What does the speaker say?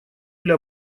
для